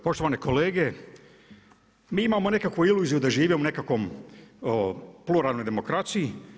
Poštovani kolege, mi imamo nekakvu iluziju da živimo u nekakvoj pluralnoj demokraciji.